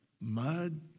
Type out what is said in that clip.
mud